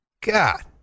god